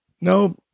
No